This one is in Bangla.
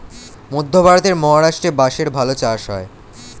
মধ্যে ভারতের মহারাষ্ট্রে বাঁশের ভালো চাষ হয়